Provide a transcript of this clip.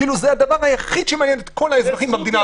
כאילו שזה הדבר היחיד שמעניין את כל האזרחים במדינה הזאת.